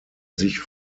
sich